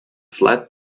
flat